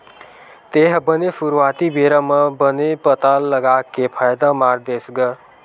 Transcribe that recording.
तेहा बने सुरुवाती बेरा म बने पताल लगा के फायदा मार देस गा?